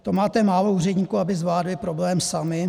To máte málo úředníků, aby zvládli problém sami?